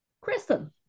Kristen